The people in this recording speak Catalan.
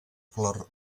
clor